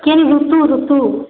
କେନ୍ ଋତୁ ଋତୁ